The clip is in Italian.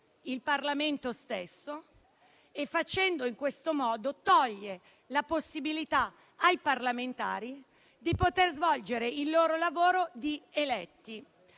il Parlamento e, in questo modo, toglie la possibilità ai parlamentari di poter svolgere il loro lavoro di eletti.